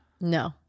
No